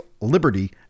liberty